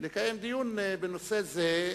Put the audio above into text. לקיים דיון בנושא זה,